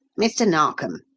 mr. narkom,